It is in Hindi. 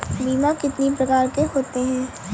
बीमा कितनी प्रकार के होते हैं?